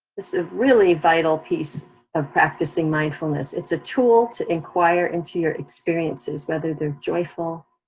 it's a really vital piece of practicing mindfulness. it's a tool to inquire into your experiences, whether they're joyful,